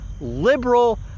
liberal